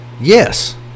Yes